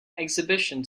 exhibition